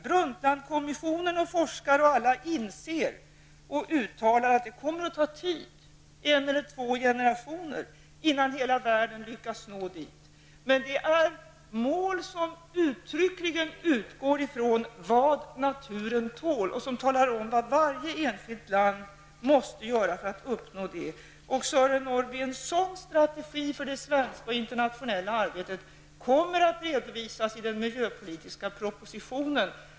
Brundtlandkommissionens medlemmar och forskare inser alla och uttalar att det kommer att ta tid -- en eller två generationer -- innan hela världen lyckas nå dit. Men det är ett mål som uttryckligen utgår från vad naturen tål och som talar om vad varje enskilt land måste göra för att uppnå det. Och, Sören Norrby, en sådan strategi för det svenska och internationella arbetet kommer att redovisas i den miljöpolitiska propositionen.